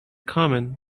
common